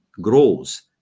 grows